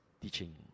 teaching